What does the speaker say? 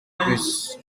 plus